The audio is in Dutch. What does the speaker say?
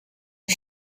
een